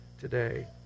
today